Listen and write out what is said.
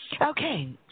Okay